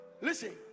Listen